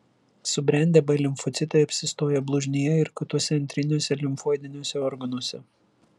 subrendę b limfocitai apsistoja blužnyje ir kituose antriniuose limfoidiniuose organuose